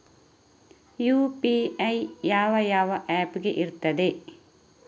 UPI ಯಾವ ಯಾವ app ಗೆ ಇರ್ತದೆ?